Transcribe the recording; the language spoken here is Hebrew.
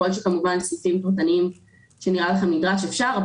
כמובן ככל שיש סעיפים פרטניים שנראה לכם שנדרשים זה אפשרי.